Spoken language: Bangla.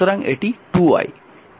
সুতরাং এটি 2 I